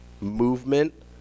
movement